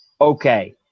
okay